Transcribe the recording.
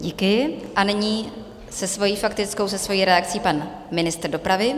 Díky a nyní se svojí faktickou, se svojí reakcí, pan ministr dopravy.